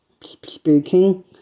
speaking